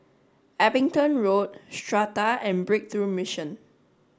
Abingdon Road Strata and Breakthrough Mission